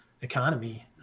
economy